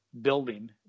building